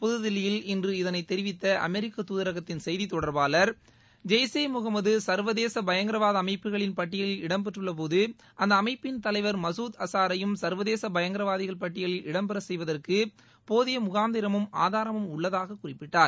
புதுதில்லியில் இன்று இதனை தெரிவித்த அமெரிக்க துதரகத்தின் செய்திதொடர்பாளர் ஜெய் ஷே முகமது சள்வதேச பயங்கரவாத அமைப்புகளின் பட்டியலில் இடம்பெற்றுள்ள போது அந்த அமைப்பின் தலைவர் மகுத் அசாரையும் சர்வதேச பயங்கரவாதிகள் பட்டியலில் இடம் பெற செய்வதற்கு போதிய முகாந்தரமும் ஆதாரமும் உள்ளதாக குறிப்பிட்டார்